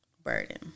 burden